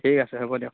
ঠিক আছে হ'ব দিয়ক